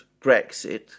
Brexit